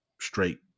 straight